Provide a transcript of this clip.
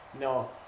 No